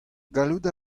gallout